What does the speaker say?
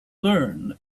learn